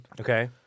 Okay